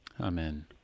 Amen